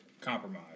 compromise